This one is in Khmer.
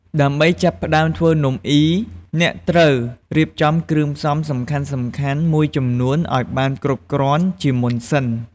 ដើម្បីចាប់ផ្តើមធ្វើនំអុី អ្នកត្រូវរៀបចំគ្រឿងផ្សំសំខាន់ៗមួយចំនួនឱ្យបានគ្រប់គ្រាន់ជាមុនសិន។